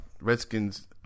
Redskins